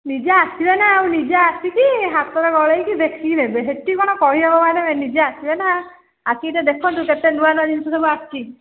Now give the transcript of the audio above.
ନିଜେ ଆସିବେ ନା ଆଉ ନିଜେ ଆସିକି ହାତରେ ଗଳେଇକି ଦେଖିକି ନେବେ ସେଇଠି କ'ଣ କହି ହବ ମାନେ ନିଜେ ଆସିବେ ନା ଆସିକି ଟିକେ ଦେଖନ୍ତୁ କେତେ ନୂଆ ନୂଆ ଜିନିଷ ସବୁ ଆସିଛି